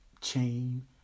chain